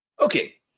Okay